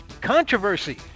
controversy